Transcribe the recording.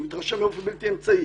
הוא מתרשם באופן בלתי אמצעי.